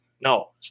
no